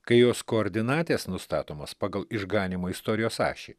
kai jos koordinatės nustatomos pagal išganymo istorijos ašį